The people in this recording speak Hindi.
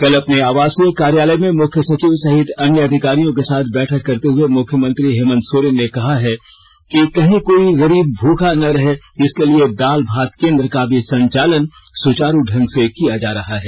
कल अपने आवासीय कार्यालय में मुख्य सचिव सहित अन्य अधिकारियों के साथ बैठक करते हुए मुख्यमंत्री हेमंत सोरेन ने कहा है कि कही कोई गरीब भूखा न रहे इसके लिए दाल भात केन्द्र का भी संचालन सुचारू ढंग से किया जा रहा है